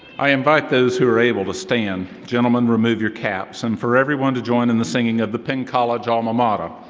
i invite those who are able to stand. gentlemen, remove your caps and for everyone to join in the singing of the penn college alma mater.